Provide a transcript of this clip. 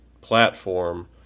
platform